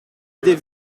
des